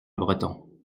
breton